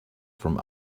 from